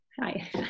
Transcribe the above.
hi